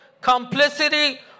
complicity